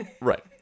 right